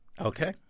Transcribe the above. Okay